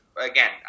again